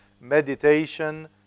meditation